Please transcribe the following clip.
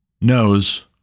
knows